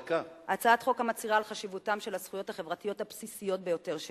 הצעת חוק המצהירה על חשיבותן של הזכויות החברתיות הבסיסיות ביותר של